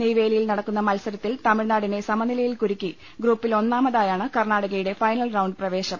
നെയ്വേലിയിൽ നടക്കുന്ന മത്സരത്തിൽ തമിഴ്നാടിനെ സമനിലയിൽ കുരു ക്കി ഗ്രൂപ്പിൽ ഒന്നാമതായാണ് കർണ്ണാടകയുടെ ഫൈനൽ റൌണ്ട് പ്രവേശം